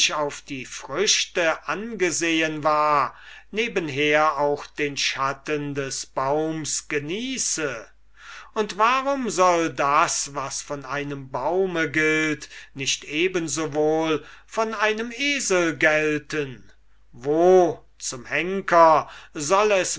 auf die früchte angesehen war nebenher auch den schatten des baums genieße und warum soll das was von einem baume gilt nicht eben so wohl von einem esel gelten wo zum henker soll es